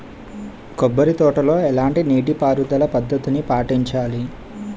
కొబ్బరి తోటలో ఎలాంటి నీటి పారుదల పద్ధతిని పాటించాలి?